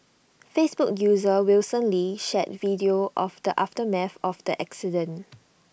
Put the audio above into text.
Facebook user Wilson lee shared video of the aftermath of the accident